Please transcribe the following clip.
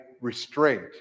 restraint